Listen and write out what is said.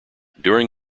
during